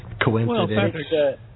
Coincidence